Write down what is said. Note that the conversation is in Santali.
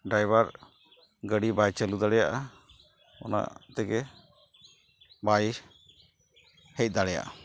ᱰᱟᱭᱵᱟᱨ ᱜᱟᱹᱰᱤ ᱵᱟᱭ ᱪᱟᱹᱞᱩ ᱫᱟᱲᱮᱭᱟᱜᱼᱟ ᱚᱱᱟ ᱛᱮᱜᱮ ᱵᱟᱭ ᱦᱮᱡ ᱫᱟᱲᱮᱭᱟᱜᱼᱟ